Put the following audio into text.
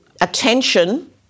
attention